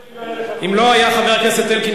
אם לא היה חבר הכנסת אלקין,